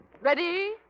Ready